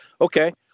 Okay